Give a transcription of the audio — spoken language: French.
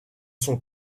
son